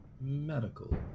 medical